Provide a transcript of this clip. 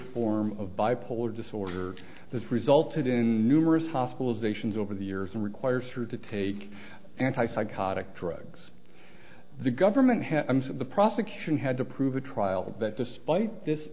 form of bipolar disorder this resulted in numerous hospitalizations over the years and requires her to take anti psychotic drugs the government the prosecution had to prove a trial that despite this